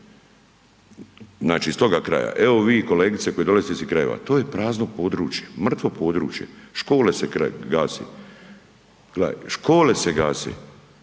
Znači iz toga kraja. Evo, vi kolegice koja dolazite iz tih krajeva, to je prazno područje, mrtvo područje, škole se gase, gledaj škole se gase,